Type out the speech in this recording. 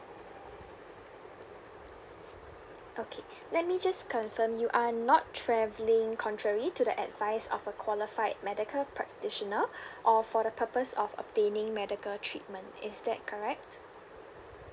okay let me just confirm you are not travelling contrary to the advice of a qualified medical practitioner or for the purpose of obtaining medical treatment is that correct